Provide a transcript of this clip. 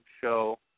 show